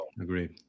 Agreed